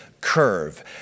curve